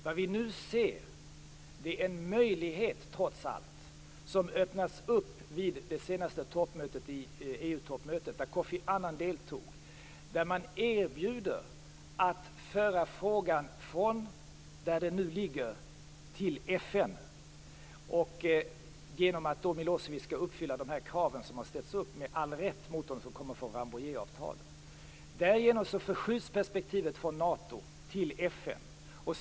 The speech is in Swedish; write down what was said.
Vad vi nu ser är att en möjlighet trots allt öppnats vid det senaste EU-toppmötet, där Kofi Annan deltog. Man erbjuder att föra frågan från där den nu ligger till FN genom att Milosevic skall uppfylla de krav som, med all rätt, ställts upp mot dem och som kommer från Rambouilletavtalet. Därigenom förskjuts perspektivet från Nato till FN.